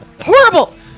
horrible